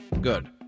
Good